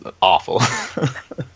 awful